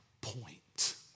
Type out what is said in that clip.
point